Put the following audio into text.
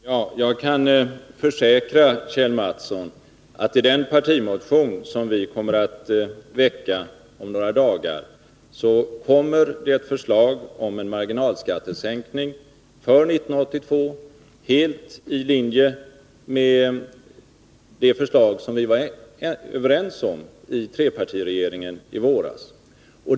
Fru talman! Jag kan försäkra Kjell Mattsson att det i den partimotion som vi kommer att väcka om några dagar kommer ett förslag om marginalskattesänkning för 1982 som är helt i linje med det förslag som vi var överens om i trepartiregeringen i våras.